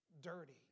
dirty